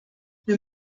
wir